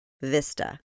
Vista